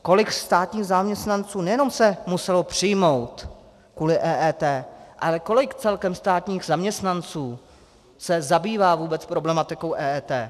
Kolik státních zaměstnanců nejenom se muselo přijmout kvůli EET, ale kolik celkem státních zaměstnanců se zabývá vůbec problematikou EET.